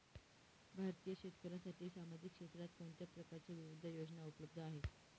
भारतीय शेतकऱ्यांसाठी सामाजिक क्षेत्रात कोणत्या प्रकारच्या विविध योजना उपलब्ध आहेत?